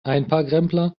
einparkrempler